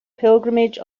pilgrimage